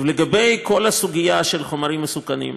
לגבי כל הסוגיה של החומרים המסוכנים,